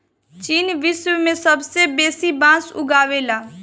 चीन विश्व में सबसे बेसी बांस उगावेला